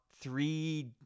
three